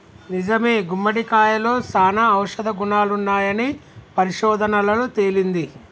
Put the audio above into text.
నిజమే గుమ్మడికాయలో సానా ఔషధ గుణాలున్నాయని పరిశోధనలలో తేలింది